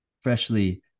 freshly